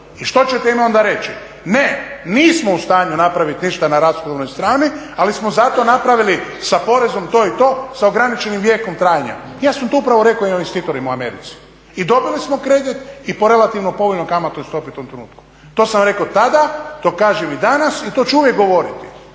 I što ćete im onda reći? Ne, nismo u stanju napraviti ništa na rashodovnoj strani ali smo zato napravili sa porezom to i to, sa ograničenim vijekom trajanja. Ja sam to upravo rekao investitorima u Americi i dobili smo kredit i po relativno povoljnoj kamatnoj stopi u tom trenutku. To sam rekao tada, to kažem i danas i to ću uvijek govoriti.